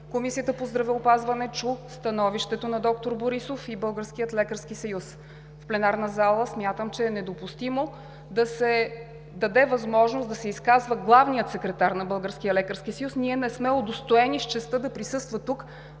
Комисията по здравеопазването чу становището на доктор Борисов и Българския лекарски съюз. В пленарната зала смятам, че е недопустимо да се даде възможност да се изказва главният секретар на БЛС – ние не сме удостоени с честта тук да присъства